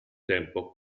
tempo